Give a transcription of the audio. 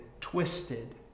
twisted